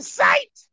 sight